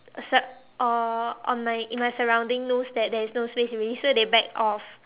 except uh on my in my surrounding knows that there is no space already so they backed off